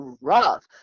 rough